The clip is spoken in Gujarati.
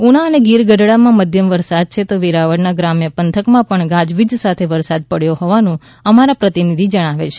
ઉના અને ગીર ગઢડા માં મધ્યમ વરસાદ છે તો વેરાવળ ના ગ્રામ્ય પંથક માં ગાજવીજ સાથે ભારે વરસાદ પડ્યો હોવાનું અમારા પ્રતિનિધિ જણાવે છે